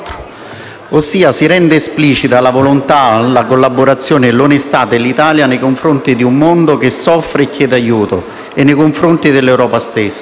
ossia di rendere esplicita la volontà, la collaborazione e l'onestà dell'Italia nei confronti di un mondo che soffre e chiede aiuto e nei confronti dell'Europa stessa.